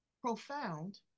profound